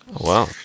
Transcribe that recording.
Wow